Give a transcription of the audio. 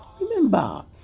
Remember